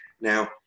Now